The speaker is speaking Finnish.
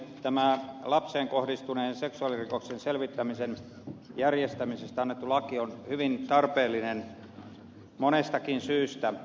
tämä lapseen kohdistuneen seksuaalirikoksen selvittämisen järjestämisestä annettu laki on hyvin tarpeellinen monestakin syystä